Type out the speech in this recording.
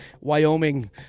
Wyoming